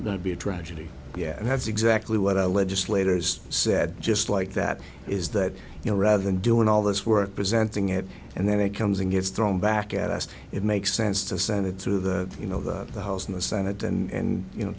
not be a tragedy yeah that's exactly what our legislators said just like that is that you know rather than doing all this work presenting it and then it comes and gets thrown back at us it makes sense to send it to the you know the the house and the senate and you know